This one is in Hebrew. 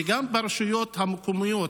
וגם ברשויות המקומיות,